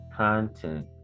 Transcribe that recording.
Content